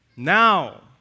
now